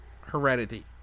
heredity